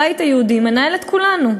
הבית היהודי מנהל את כולנו.